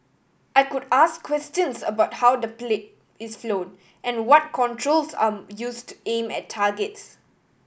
I could ask questions about how the plane is flowed and what controls are used aim at targets